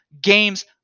games